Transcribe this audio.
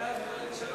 התש"ע